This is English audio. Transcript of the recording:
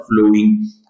flowing